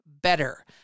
better